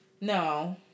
No